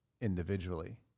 individually